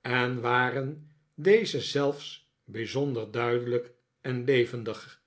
en waren deze zelfs bijzonder duidelijk en levendig